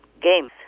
games